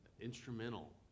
instrumental